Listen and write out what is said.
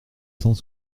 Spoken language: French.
cent